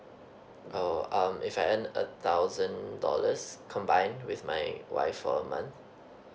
oh um if I earn a thousand dollars combine with my wife for a month